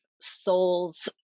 soul's